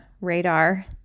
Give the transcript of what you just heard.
radar